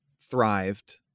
thrived